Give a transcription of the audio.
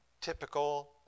typical